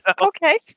Okay